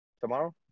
tomorrow